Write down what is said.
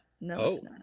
no